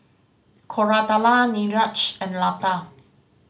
Koratala Niraj and Lata